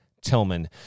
Tillman